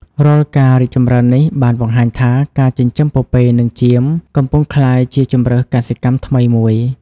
រាល់ការរីកចម្រើននេះ បានបង្ហាញថា ការចិញ្ចឹមពពែនិងចៀមកំពុងក្លាយជាជម្រើសកសិកម្មថ្មីមួយ។